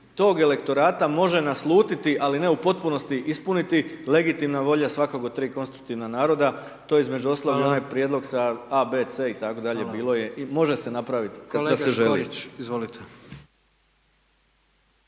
tog elektorata može naslutiti, ali ne u potpunosti ispuniti legitimna volja svakog od tri konstitutivna naroda, to je između ostalog i moj prijedlog sa a, b, c i tako dalje, bilo je, može se napraviti kada se želi.